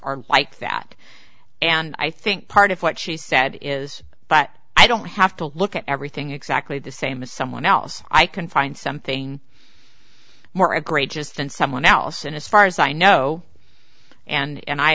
are like that and i think part of what she said is but i don't have to look at everything exactly the same as someone else i can find something more of great just than someone else and as far as i know and